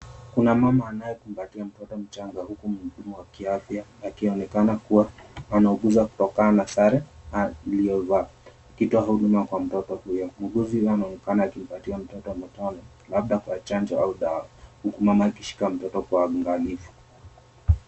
Kuna mama anayekumbatia mtoto mchanga huku mhudumu wa kiafya akionekana kuwa anauguza kutokana na sare aliyovaa akitoa huduma kwa mtoto huyo. Muuguzi anaonekana akimpatia mtoto matone labda kwa chanjo au dawa huku mama akishika mtoto kwa uangalifu.